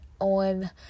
on